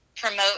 promote